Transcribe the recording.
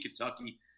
Kentucky